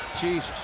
Jesus